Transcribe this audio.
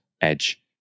edge